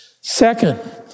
Second